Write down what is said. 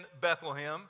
Bethlehem